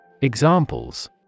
Examples